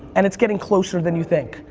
and it's getting closer than you think.